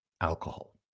alcohol